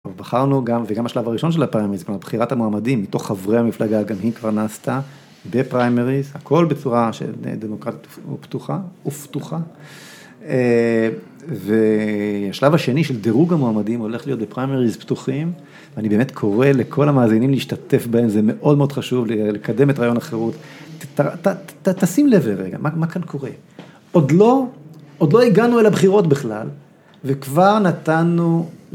ובחרנו גם, וגם השלב הראשון של הפרימריז, זאת אומרת, בחירת המועמדים מתוך חברי המפלגה, גם היא כבר נעשתה בפרימריז, הכל בצורה שדמוקרטית ופתוחה, והשלב השני של דירוג המועמדים הולך להיות בפרימריז פתוחים, ואני באמת קורא לכל המאזינים להשתתף בהם, זה מאוד מאוד חשוב לקדם את רעיון החירות, - תשים לב לרגע, מה כאן קורה? עוד לא, עוד לא הגענו אל הבחירות בכלל, וכבר נתנו...